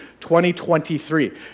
2023